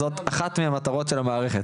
זו אחת מהמטרות של המערכת.